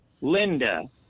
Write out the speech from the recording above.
Linda